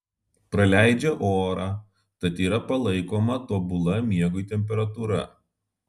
praleidžią orą tad yra palaikoma tobula miegui temperatūra